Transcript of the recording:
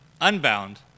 unbound